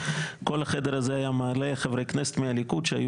כל החדר הזה היה מלא חברי כנסת מהליכוד שהיו